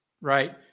right